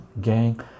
gang